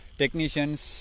technicians